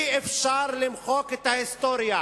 אי-אפשר למחוק את ההיסטוריה